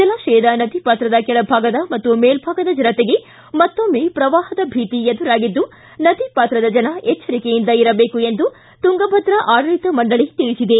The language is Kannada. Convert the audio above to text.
ಜಲಾಶಯದ ನದಿ ಪಾತ್ರದ ಕೆಳಭಾಗದ ಮತ್ತು ಮೇಲ್ವಾಗದ ಜನತೆಗೆ ಮತ್ತೊಮ್ಮೆ ಪ್ರವಾಹದ ಭೀತಿ ಎದುರಾಗಿದ್ದು ನದಿ ಪಾತ್ರದ ಜನ ಎಚ್ವರಿಕೆಯಿಂದ ಇರಬೇಕು ಎಂದು ತುಂಗಭದ್ರಾ ಆಡಳಿತ ಮಂಡಳಿ ತಿಳಿಸಿದೆ